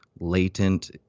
latent